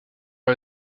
par